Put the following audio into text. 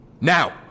now